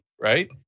right